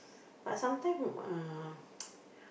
but sometime uh